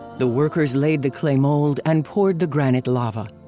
the workers laid the clay mold and poured the granite lava.